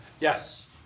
Yes